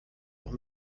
auch